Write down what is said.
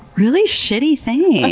really shitty things,